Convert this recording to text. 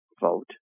vote